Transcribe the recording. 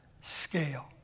scale